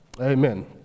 Amen